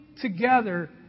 together